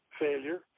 failure